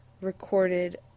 recorded